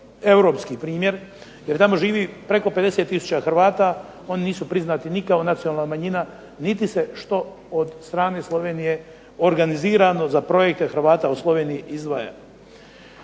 europski primjer, jer tamo živi preko 50 tisuća Hrvata, oni nisu priznati ni kao nacionalna manjina, niti se što od strane Slovenije organizirano za projekte Hrvata u Sloveniji izdvaja.